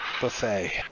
buffet